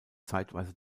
zeitweise